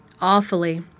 Awfully